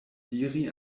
diri